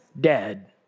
dead